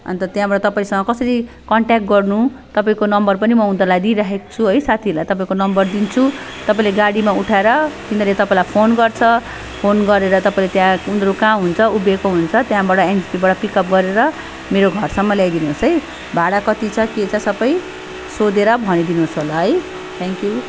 अन्त त्यहाँबाट तपाईँसँग कसरी कन्ट्याक्ट गर्नु तपाईँको नम्बर पनि म उनीहरूलाई दिइराखेको छु है साथीहरूलाई तपाईँको नम्बर दिन्छु तपाईँले गाडीमा उठाएर तिनीहरूले तपाईँलाई फोन गर्छ फोन गरेर तपाईँले त्यहाँ उनीहरू कहाँ हुन्छ उभिएको हुन्छ त्यहाँबाट एनजेपीबाट पिकअप गरेर मेरो घरसम्म ल्याइदिनु होस् है भाडा कति छ के छ सबै सोधेर भनिदिनु होस् होला है थ्याङ्क्यु